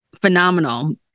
phenomenal